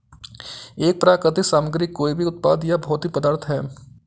एक प्राकृतिक सामग्री कोई भी उत्पाद या भौतिक पदार्थ है